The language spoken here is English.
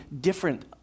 different